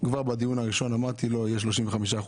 כבר בדיון הראשון אמרתי לא יהיה 35%,